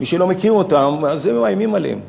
מי שלא מכיר אותם, הם מאיימים עליהם.